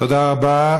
תודה רבה.